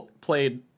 played